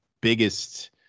biggest